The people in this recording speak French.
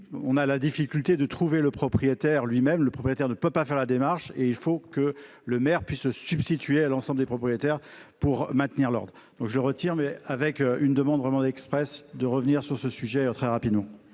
on a la difficulté de trouver le propriétaire, lui-même, le propriétaire ne peut pas faire la démarche, et il faut que le maire puisse se substituer à l'ensemble des propriétaires pour maintenir l'ordre, donc je retire mais avec une demande vraiment d'Express, de revenir sur ce sujet très rapidement.